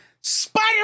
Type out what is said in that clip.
Spider